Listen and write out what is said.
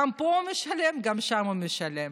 גם פה הוא משלם, גם שם הוא משלם.